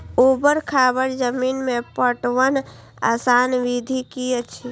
ऊवर खावर जमीन में पटवनक आसान विधि की अछि?